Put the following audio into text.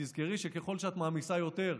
תזכרי שככל שאת מעמיסה יותר,